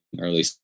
early